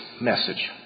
message